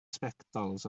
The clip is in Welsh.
specdols